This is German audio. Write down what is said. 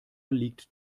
liegt